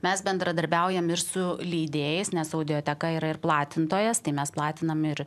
mes bendradarbiaujam ir su leidėjais nes audioteka yra ir platintojas tai mes platinam ir